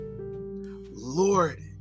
Lord